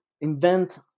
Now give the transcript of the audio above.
invent